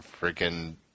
freaking